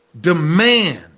demand